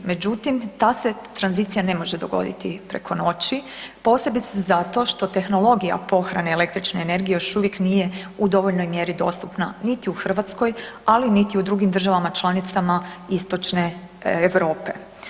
Međutim, ta se tranzicija ne može dogoditi preko noći, posebice zato što tehnologija pohrane električne energije još uvijek nije u dovoljnoj mjeri dostupna niti u Hrvatskoj, ali niti u drugim državama članicama istočne Europe.